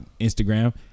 Instagram